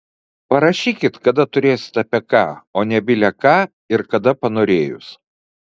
parašykit kada turėsit apie ką o ne bile ką ir kada panorėjus